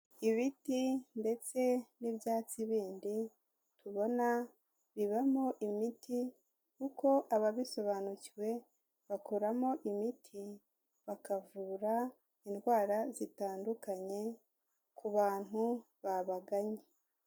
Ibiti ndetse n'ibyatsi bindi tubona bibamo imiti, kuko ababisobanukiwe bakoramo imiti bakavura indwara zitandukanye ku bantu babagannye.